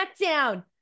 Smackdown